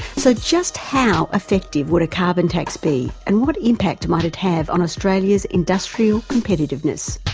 so just how effective would a carbon tax be and what impact might it have on australia's industrial competitiveness?